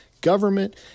government